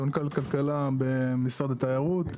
סמנכ"ל כלכלה במשרד התיירות,